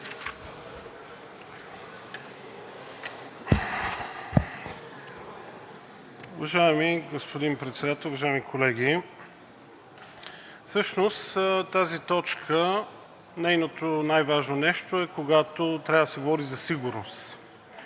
Уважаеми господин Председател, уважаеми колеги! Всъщност тази точка, нейното най-важно нещо е, когато трябва да се говори за сигурност.